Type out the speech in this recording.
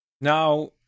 Now